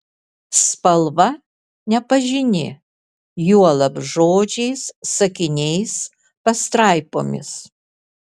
spalva nepažini juolab žodžiais sakiniais pastraipomis